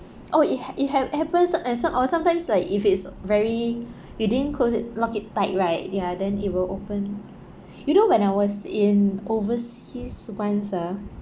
oh it hap~ it hap~ happens and so~ or sometimes like if it's very you didn't close it lock it tight right ya then it will open you know when I was in overseas once ah